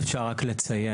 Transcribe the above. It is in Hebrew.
אם אפשר רק לציין,